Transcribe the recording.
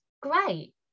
great